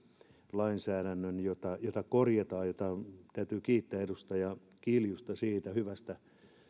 lainsäädännön jota jota korjataan täytyy kiittää edustaja kiljusta hyvästä